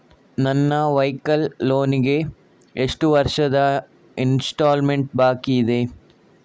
ನನ್ನ vehicle loan ಗೆ ಎಷ್ಟು ವರ್ಷದ ಇನ್ಸ್ಟಾಲ್ಮೆಂಟ್ ಬಾಕಿ ಇದೆ?